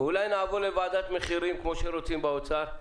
נעבור לוועדת מחירים, כמו שרוצים באוצר?